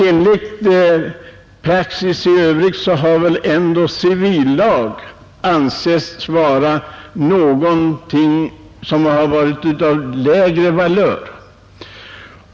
Enligt praxis i övrigt har civillag ansetts vara av lägre valör.